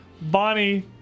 Bonnie